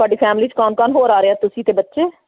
ਤੁਹਾਡੀ ਫੈਮਿਲੀ 'ਚ ਕੌਣ ਕੌਣ ਹੋਰ ਆ ਰਿਹਾ ਤੁਸੀਂ ਅਤੇ ਬੱਚੇ